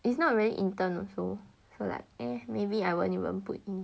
it's not really intern also so like eh maybe I won't even put in